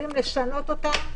יכולים לשנות אותה,